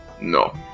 No